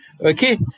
Okay